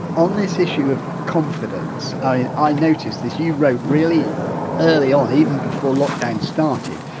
on this issue of confidence, i mean i noticed that you wrote really early on even before lockdown started,